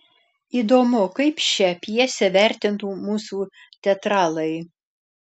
įdomu kaip šią pjesę vertintų mūsų teatralai